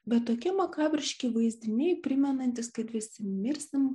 bet tokie makabriški vaizdiniai primenantys kad visi mirsim